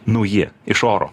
nauji iš oro